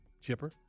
Chipper